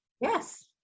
Yes